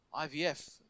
IVF